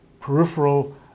peripheral